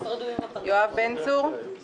יואב בן צור, נגד.